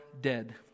dead